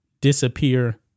disappear